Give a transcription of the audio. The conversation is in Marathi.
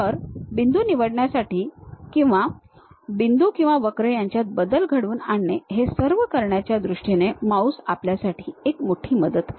तर बिंदू निवडण्यासाठी किंवा बिंदू किंवा वक्र यांच्यात बदल घडवून आणणे हे सर्व करण्याच्या दृष्टीने माउस आपल्यासाठी एक मोठी मदत आहे